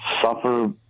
suffer